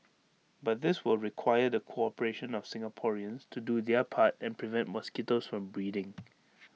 but this will require the cooperation of Singaporeans to do their part and prevent mosquitoes from breeding